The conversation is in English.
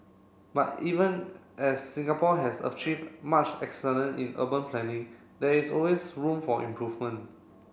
but even as Singapore has achieved much excellent in urban planning there is always room for improvement